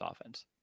offense